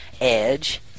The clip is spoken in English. Edge